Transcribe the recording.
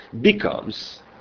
becomes